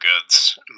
goods